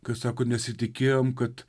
kad sako nesitikėjom kad